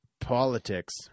politics